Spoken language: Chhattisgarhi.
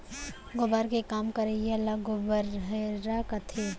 गोबर के काम करइया ल गोबरहा कथें